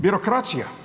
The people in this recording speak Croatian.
Birokracija.